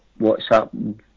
WhatsApp